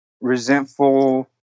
resentful